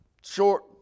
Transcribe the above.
short